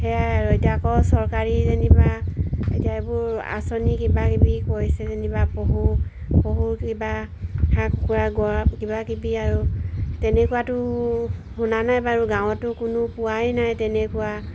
সেয়াই আৰু এতিয়া আকৌ চৰকাৰী যেনিবা এতিয়া এইবোৰ আঁচনি কিবা কিবি কৰিছে যেনিবা পশু পশু কিবা শাক খোৱা গ কিবাকিবি আৰু তেনেকুৱাতো শুনা নাই বাৰু গাঁৱতো কোনো পোৱাই নাই তেনেকুৱা